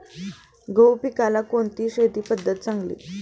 गहू पिकाला कोणती शेती पद्धत चांगली?